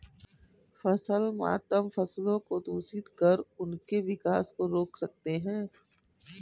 फसल मातम फसलों को दूषित कर उनके विकास को रोक सकते हैं